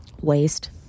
Waste